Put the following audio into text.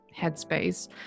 headspace